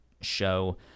show